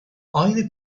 aynı